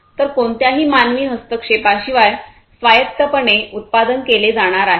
तरकोणत्याही मानवी हस्तक्षेपाशिवाय स्वायत्तपणे उत्पादन केले जाणार आहे